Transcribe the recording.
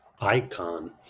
icon